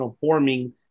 forming